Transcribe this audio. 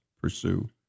pursue